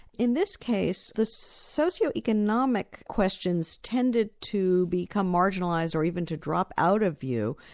in this case, the socioeconomic questions tended to become marginalised, or even to drop out of view,